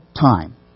time